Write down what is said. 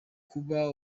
kuba